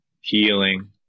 healing